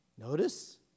notice